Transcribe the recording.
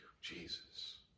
Jesus